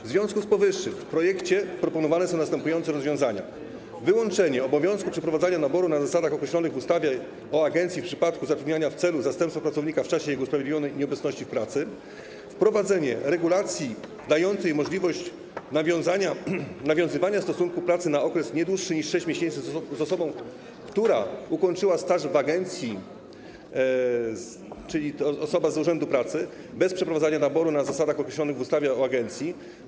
W związku z powyższym w projekcie proponowane są następujące rozwiązania: wyłączenie obowiązku przeprowadzania naboru na zasadach określonych w ustawie o agencji w przypadku zatrudniania w celu zastępstwa pracownika w czasie jego usprawiedliwionej nieobecności w pracy, wprowadzenie regulacji dającej możliwość nawiązywania stosunku pracy na okres nie dłuższy niż 6 miesięcy z osobą, która ukończyła staż w agencji - czyli to osoba z urzędu pracy... - bez przeprowadzania naboru na zasadach określonych w ustawie o agencji.